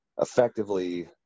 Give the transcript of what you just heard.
effectively